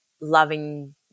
loving